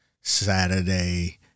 Saturday